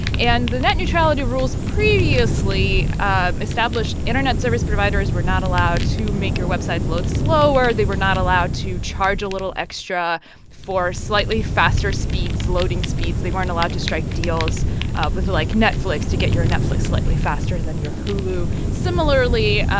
and the net neutrality rules previously ah established internet service providers were not allowed to make your websites slower. they were not allowed to charge a little extra for slightly faster speeds, loading speeds they weren't allowed to strike deals ah with, like, netflix to get your netflix slightly faster than your hulu. similarly,